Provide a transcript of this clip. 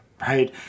right